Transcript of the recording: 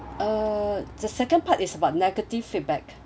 uh the second part is about negative feedback